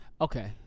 Okay